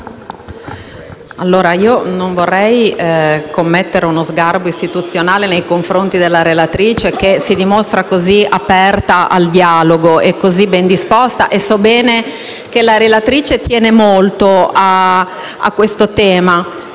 Presidente, non vorrei commettere uno sgarbo istituzionale nei confronti della relatrice, che si dimostra così aperta al dialogo e così ben disposta. So bene che tiene molto a questo tema,